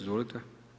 Izvolite.